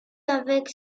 avec